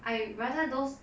I rather those